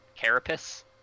carapace